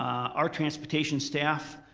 our transportation staff,